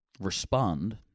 respond